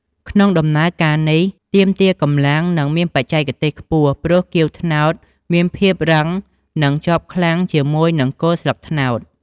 ក្នុងដំណើរការនេះ ទាមទារកម្លាំង និងមានបច្ចេទេសខ្ពស់ ព្រោះគាវត្នោតមានភាពរឹងនិងជាប់ខ្លាំងជាមួយនឹង គល់ស្លឹកត្នោត។